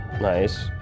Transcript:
Nice